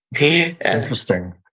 Interesting